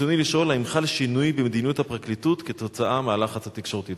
רצוני לשאול: האם חל שינוי במדיניות הפרקליטות כתוצאה מהלחץ התקשורתי?